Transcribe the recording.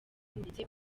ndetse